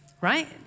right